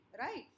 right